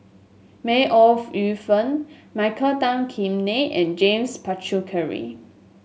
May Ooi Yu Fen Michael Tan Kim Nei and James Puthucheary